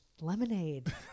lemonade